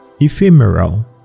ephemeral